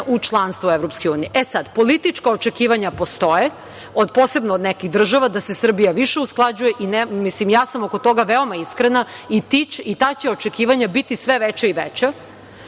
u članstvo EU.Politička očekivanja postoje, posebno od nekih država da se Srbija više usklađuje. Ja sam oko toga veoma iskrena i ta će očekivanja biti sve veća i veća